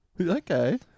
Okay